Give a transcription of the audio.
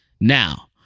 Now